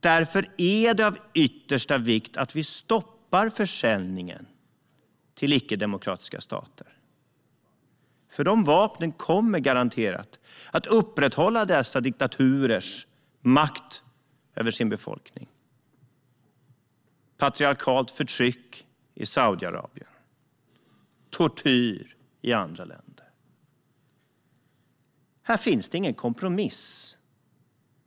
Därför är det av yttersta vikt att vi stoppar försäljningen till icke-demokratiska stater. Dessa vapen kommer nämligen garanterat att upprätthålla dessa diktaturers makt över sin befolkning - patriarkalt förtryck i Saudiarabien, tortyr i andra länder. Här finns ingen kompromiss.